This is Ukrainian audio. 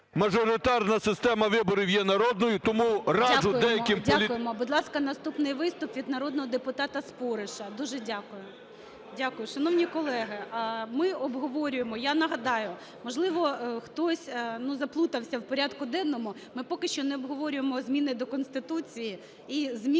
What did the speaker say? мажоритарна система виборів є народною. Тому раджу деяким політикам… ГОЛОВУЮЧИЙ. Дякуємо, дякуємо. Будь ласка, наступний виступ від народного депутата Спориша. Дуже дякую. Дякую. Шановні колеги, ми обговорюємо, я нагадаю, можливо, хтось заплутався в порядку денному, ми поки що не обговорюємо змін до Конституції і зміни